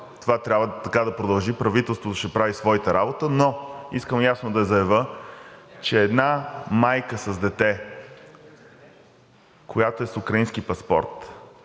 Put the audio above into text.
Това трябва така да продължи. Правителството ще прави своята работа, но искам ясно да заявя, че една майка с дете, която е с украински паспорт,